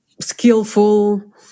skillful